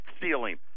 ceiling